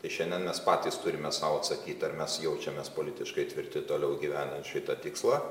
tai šiandien mes patys turime sau atsakyti ar mes jaučiamės politiškai tvirti toliau įgyvendinant šitą tikslą